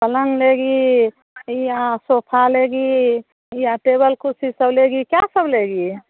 पलंग लेगी या सोफा लेगी या टेबल कुर्सी सब लेगी क्या सब लेगी